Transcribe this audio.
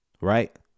Right